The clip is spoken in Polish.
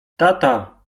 tata